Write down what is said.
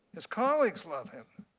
his colleagues love him.